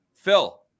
Phil